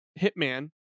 hitman